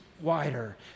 wider